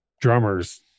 drummers